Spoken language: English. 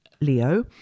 Leo